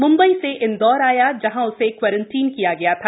मंबई से इंदौर आया जहां उसे क्वारेटाइन किया गया था